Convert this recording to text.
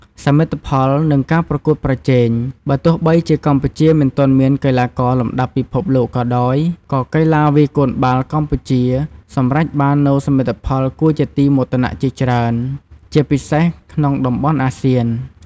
សមិទ្ធផល និងការប្រកួតប្រជែង បើទោះបីជាកម្ពុជាមិនទាន់មានកីឡាករលំដាប់ពិភពលោកក៏ដោយ ក៏កីឡាវាយកូនបាល់កម្ពុជាសម្រេចបាននូវសមិទ្ធផលគួរជាទីមោទនៈជាច្រើន ជាពិសេសក្នុងតំបន់អាស៊ាន។